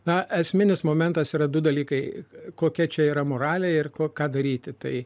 na esminis momentas yra du dalykai kokia čia yra moralė ir ko ką daryti tai